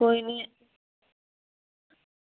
कोई निं